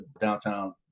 downtown